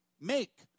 make